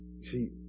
See